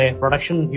production